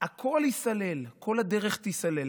הכול ייסלל, כל הדרך תיסלל.